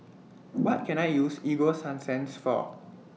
What Can I use Ego Sunsense For